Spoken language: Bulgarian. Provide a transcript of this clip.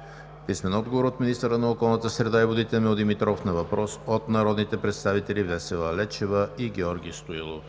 - министъра на околната среда и водите Емил Димитров на въпрос от народните представители Весела Лечева и Георги Стоилов;